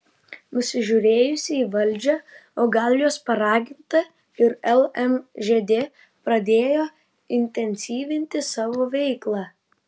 nusižiūrėjusi į valdžią o gal jos paraginta ir lmžd pradėjo intensyvinti savo veiklą